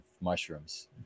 mushrooms